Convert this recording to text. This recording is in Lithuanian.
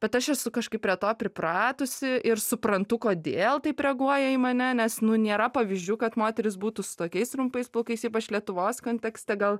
bet aš esu kažkaip prie to pripratusi ir suprantu kodėl taip reaguoja į mane nes nu nėra pavyzdžių kad moteris būtų su tokiais trumpais plaukais ypač lietuvos kontekste gal